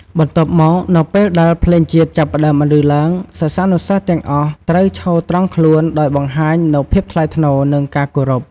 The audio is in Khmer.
បន្ទាប់មក នៅពេលដែល ភ្លេងជាតិ ចាប់ផ្តើមបន្លឺឡើង សិស្សានុសិស្សទាំងអស់ត្រូវ ឈរត្រង់ខ្លួន ដោយបង្ហាញនូវភាពថ្លៃថ្នូរ និងការគោរព។